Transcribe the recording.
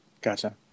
gotcha